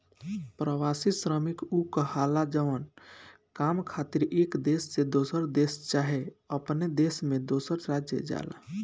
प्रवासी श्रमिक उ कहाला जवन काम खातिर एक देश से दोसर देश चाहे अपने देश में दोसर राज्य जाला